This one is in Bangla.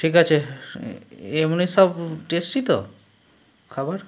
ঠিক আছে এমনি সব টেস্টি তো খাবার